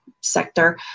sector